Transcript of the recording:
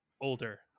older